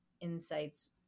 insights